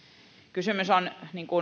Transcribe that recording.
kysymys on